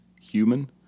human